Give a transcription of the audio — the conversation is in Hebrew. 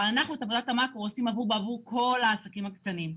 אבל אנחנו עושים את עבודת המאקרו בעבור כל העסקים הקטנים.